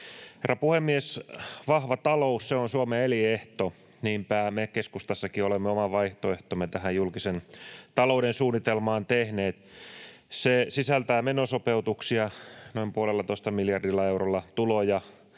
Herra puhemies! Vahva talous, se on Suomen elinehto. Niinpä me keskustassakin olemme oman vaihtoehtomme tähän julkisen talouden suunnitelmaan tehneet. Se sisältää menosopeutuksia noin 1,5 miljardilla eurolla, tuloja